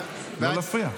לא להפריע.